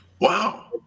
Wow